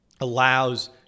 allows